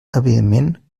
evidentment